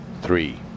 three